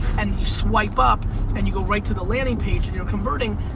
and you swipe up and you go right to the landing page and you're converting,